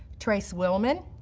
trace willman,